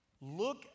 look